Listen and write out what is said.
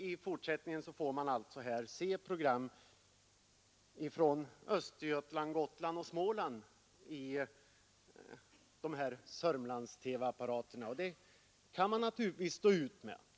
I fortsättningen får man alltså i de här Sörmlandsområdena i sina TV-apparater se program från Östergötland, Gotland och Småland. Det kan man naturligtvis stå ut med.